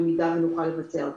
במידה שנוכל לבצע אותן.